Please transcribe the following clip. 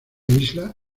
isla